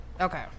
Okay